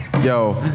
yo